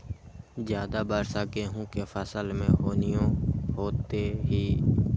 ज्यादा वर्षा गेंहू के फसल मे हानियों होतेई?